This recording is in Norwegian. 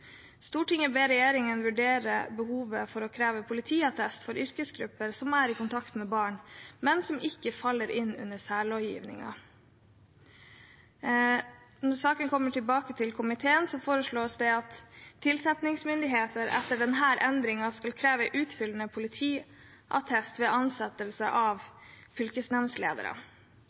Stortinget ber regjeringen vurdere behovet for å kreve politiattest for yrkesgrupper som er i kontakt med barn, men som ikke faller inn under særlovgivningen. Når saken kommer tilbake til komiteen, foreslås det at tilsettingsmyndigheter etter denne endringen skal kreve utfyllende politiattest ved ansettelse av